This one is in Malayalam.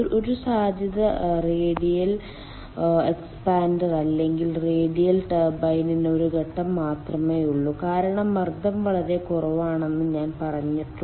ഒരു സാധ്യത റേഡിയൽ എക്സ്പാൻഡർ അല്ലെങ്കിൽ റേഡിയൽ ടർബൈനിന് ഒരു ഘട്ടം മാത്രമേയുള്ളൂ കാരണം മർദ്ദം വളരെ കുറവാണെന്ന് ഞാൻ പറഞ്ഞിട്ടുണ്ട്